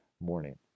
morning